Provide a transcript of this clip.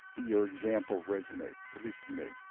your example resonates, at least to me.